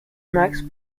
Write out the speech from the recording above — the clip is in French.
max